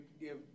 give